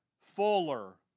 fuller